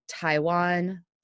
Taiwan